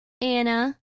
Anna